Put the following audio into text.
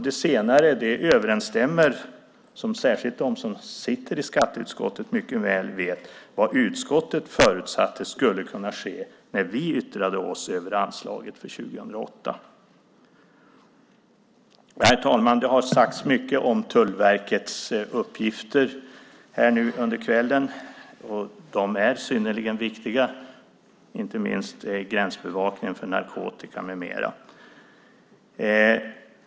Det senare överensstämmer, vilket särskilt de som sitter i skatteutskottet mycket väl vet, med vad utskottet förutsatte skulle kunna ske när vi yttrade oss över anslaget för 2008. Herr talman! Det har under kvällen sagts mycket om Tullverkets uppgifter, och de är synnerligen viktiga. Det gäller inte minst gränsbevakningen för narkotika med mera.